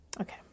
okay